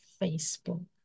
Facebook